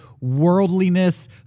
worldliness